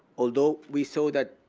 although we saw that